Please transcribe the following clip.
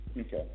Okay